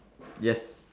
yes